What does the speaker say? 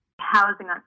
Housing